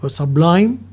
sublime